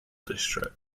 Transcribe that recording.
district